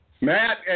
Matt